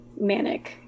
manic